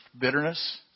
bitterness